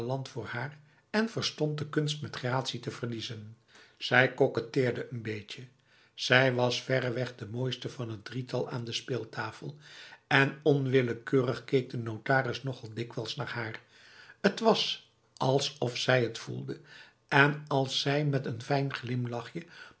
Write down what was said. voor haar en verstond de kunst met gratie te verliezen zij koketteerde n beetje zij was verreweg de mooiste van het drietal aan de speeltafel en onwillekeurig keek de notaris nogal dikwijls naar haar het was alsof zij t voelde en als zij met n fijn glimlachje